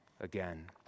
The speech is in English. again